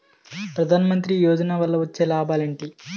ప్రధాన మంత్రి యోజన వల్ల వచ్చే లాభాలు ఎంటి?